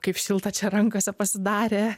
kaip šilta čia rankose pasidarė